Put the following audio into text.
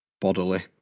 bodily